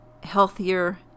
healthier